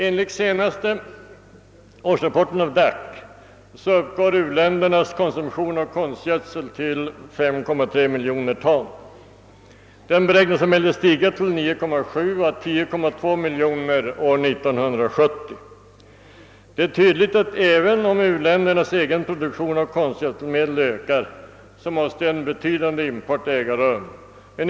Enligt DAC:s senaste årsrapport uppgår u-ländernas konsumtion av konstgödsel till 5,3 miljoner ton, och den beräknas stiga till mellan 9,7 och 10,2 miljoner ton år 1970. Det är tydligt att även om u-ländernas egen produktion av konstgödselmedel ökar måste en stor import äga rum.